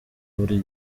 buri